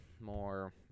more